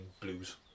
blues